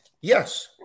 Yes